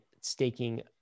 staking